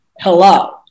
Hello